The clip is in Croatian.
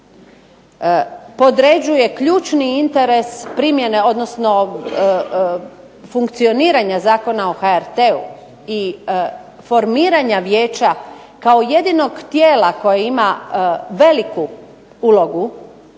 podređuje ključni interes primjene odnosno funkcioniranja Zakona o HRT-u i formiranja Vijeća kao jedinog tijela koje ima veliku ulogu,